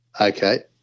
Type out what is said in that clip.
Okay